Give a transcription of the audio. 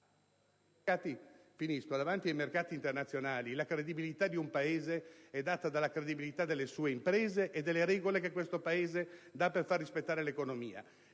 che davanti ai mercati internazionali la credibilità di un Paese è data dalla credibilità delle sue imprese e dalle regole che questo Paese dà per far rispettare l'economia;